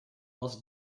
als